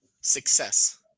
Success